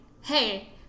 hey